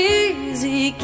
easy